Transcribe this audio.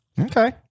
Okay